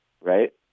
right